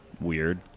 weird